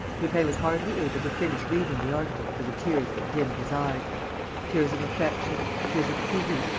lupin was hardly able to finish reading the article for the tears that dimmed his eyes tears of affection, tears of pity,